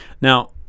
Now